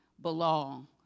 belong